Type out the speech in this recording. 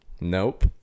Nope